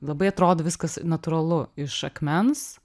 labai atrodo viskas natūralu iš akmens